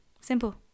Simple